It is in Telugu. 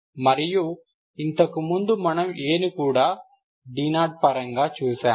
మరియు ఇంతకు ముందు మనం A ని కూడా d0 పరంగా చూశాము